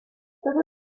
doedden